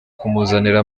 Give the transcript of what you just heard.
kumuzanira